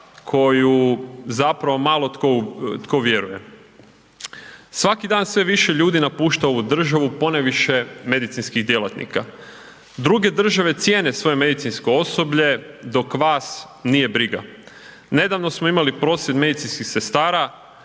koju zapravo malo tko vjeruje. Svaki dan sve više ljudi napušta ovu državu, ponajviše medicinskih djelatnika, druge države cijene svoje medicinsko osoblje, dok vas nije briga. Nedavno smo imali prosvjed medicinskih sestara,